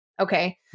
Okay